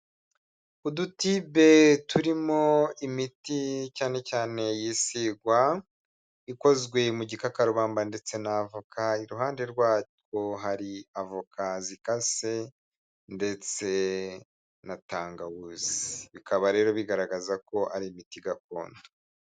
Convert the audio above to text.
Udutibe turimo imiti cyane cyane yisigwa, ikozwe mu gikakakarubamba ndetse n'avoka, iruhande hari avoka zikase ndetse na tangawizi bikaba rero bigaragaza ko ari imiti gakondo.